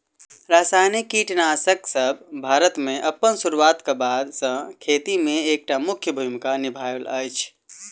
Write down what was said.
रासायनिक कीटनासकसब भारत मे अप्पन सुरुआत क बाद सँ खेती मे एक टा मुख्य भूमिका निभायल अछि